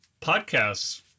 podcasts